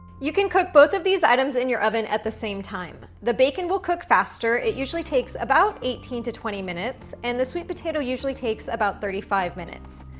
you can cook both of these items in your oven at the same time. the bacon will cook faster. it usually takes about eighteen to twenty minutes, and the sweet potato usually takes about thirty five minutes.